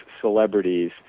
celebrities